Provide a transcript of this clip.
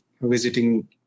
visiting